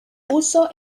uso